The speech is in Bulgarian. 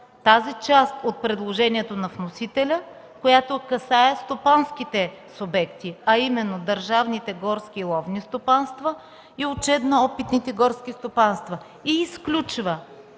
тази част от предложението на вносителя, която касае стопанските субекти, а именно държавните горски и ловни стопанства и учебно-опитните горски стопанства. И изключва